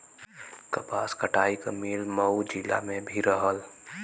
कपास कटाई क मिल मऊ जिला में भी रहल